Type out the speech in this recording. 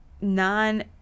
non-